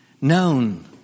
known